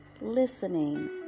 listening